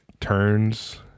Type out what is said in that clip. turns